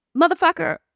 Motherfucker